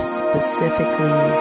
specifically